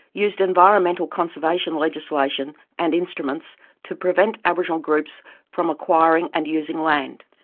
used environmental conservation legislation and instruments to prevent aboriginal groups from acquiring and using land.